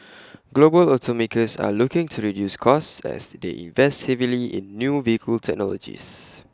global automakers are looking to reduce costs as they invest heavily in new vehicle technologies